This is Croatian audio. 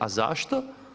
A zašto?